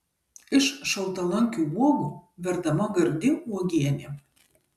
iš šaltalankių uogų verdama gardi uogienė